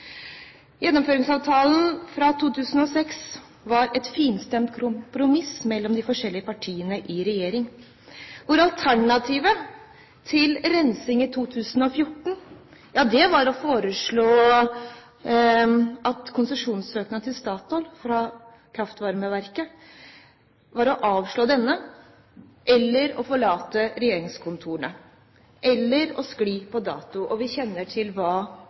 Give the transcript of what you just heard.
Gjennomføringsavtalen fra 2006 var et finstemt kompromiss mellom de forskjellige partiene i regjering, hvor alternativet til rensing i 2014 var å foreslå å avslå konsesjonssøknaden til Statoil fra kraftvarmeverket, eller å forlate regjeringskontorene – eller å skli på dato. Vi kjenner til hva